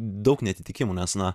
daug neatitikimų nes na